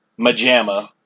Majama